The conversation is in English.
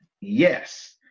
Yes